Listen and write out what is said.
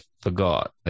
forgot